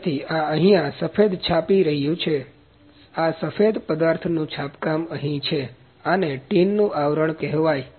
જેથી આ અહીંયા સફેદ છાપી રહ્યું છે આ સફેદ પદાર્થનું છાપકામ અહીં છે આને ટીનનું આવરણ કહેવાય